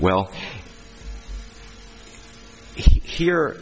well here